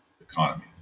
economy